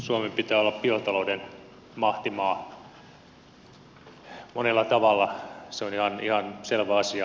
suomen pitää olla biotalouden mahtimaa monella tavalla se on ihan selvä asia